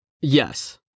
Yes